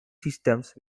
systems